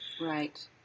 Right